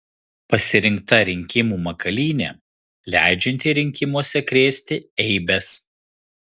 pasirinkta rinkimų makalynė leidžianti rinkimuose krėsti eibes